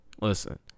listen